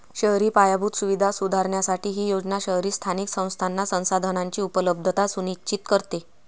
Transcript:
शहरी पायाभूत सुविधा सुधारण्यासाठी ही योजना शहरी स्थानिक संस्थांना संसाधनांची उपलब्धता सुनिश्चित करते